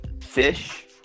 fish